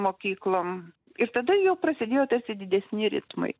mokyklom ir tada jau prasidėjo tarsi didesni ritmai